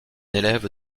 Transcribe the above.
élève